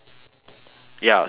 ya say say it's a